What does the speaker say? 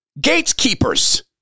gatekeepers